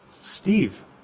Steve